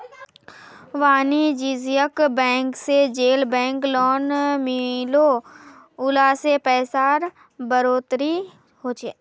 वानिज्ज्यिक बैंक से जेल बैंक लोन मिलोह उला से पैसार बढ़ोतरी होछे